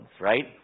Right